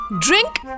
drink